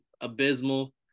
abysmal